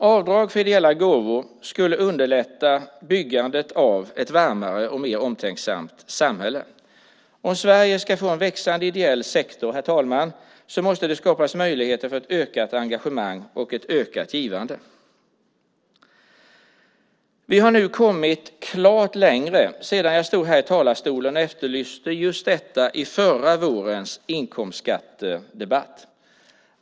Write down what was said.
Avdrag för ideella gåvor skulle underlätta byggandet av ett varmare och mer omtänksamt samhälle. Om Sverige ska få en växande ideell sektor, herr talman, måste det skapas möjligheter för ett ökat engagemang och ett ökat givande. Vi har nu kommit klart längre än när jag stod här i talarstolen och efterlyste just detta i förra vårens inkomstskattedebatt.